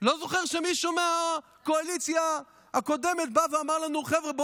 לא זוכר שמישהו מהקואליציה הקודמת בא ואמר לנו: חבר'ה,